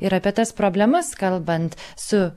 ir apie tas problemas kalbant su